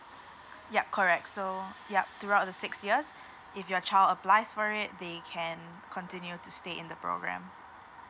yup correct so yup throughout the six years if your child applies for it they can continue to stay in the program